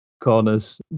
corners